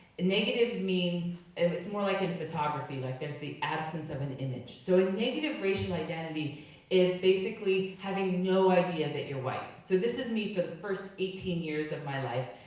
negative means, and it's more like in photography, like there's the absence of an image. so a negative racial identity is basically having no idea that you're white. so this is me for the first eighteen years of my life.